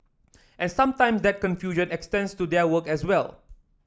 and sometimes that confusion extends to their work as well